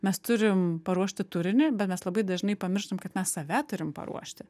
mes turim paruošti turinį bet mes labai dažnai pamirštam kad mes save turim paruošti